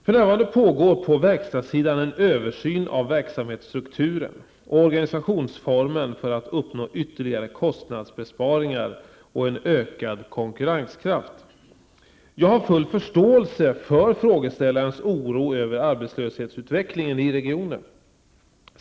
För närvarande pågår på verkstadssidan en översyn av verksamhetsstrukturen och organisationsformen för att uppnå ytterligare kostnadsbesparingar och en ökad konkurrenskraft. Jag har full förståelse för frågeställarens oro över arbetslöshetsutvecklingen i regionen.